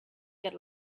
get